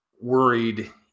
worried